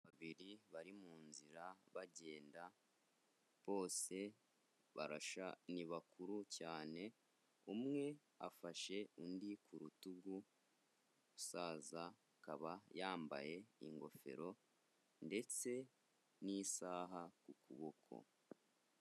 Abagabo babiri bari mu nzira bagenda bose ni bakuru cyane umwe afashe undi ku rutugu umusaza akaba yambaye ingofero ndetse n'isaha ku kuboko.